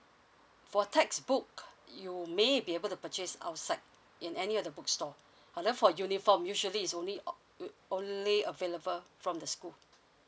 for textbook you maybe able to purchase outside in any of the bookstore however for uniform usually is only on only available from the school